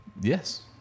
Yes